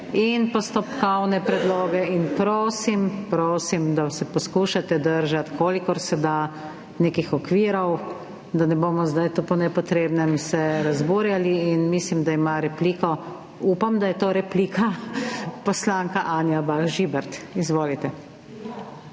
in postopkovne predloge in prosim, da se poskušate držati, kolikor se da, nekih okvirov, da se ne bomo zdaj po nepotrebnem razburjali. In mislim, da ima repliko, upam, da je to replika, poslanka Anja Bah Žibert. Izvolite.